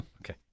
Okay